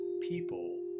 people